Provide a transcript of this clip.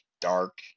dark